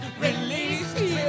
release